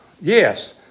yes